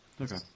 Okay